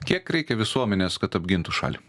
kiek reikia visuomenės kad apgintų šalį